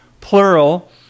plural